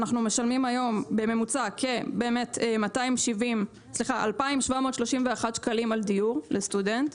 אנחנו משלמים היום בממוצע באמת כ-2,731 שקלים על דיור לסטודנט.